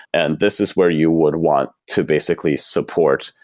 and this is where you would want to basically support.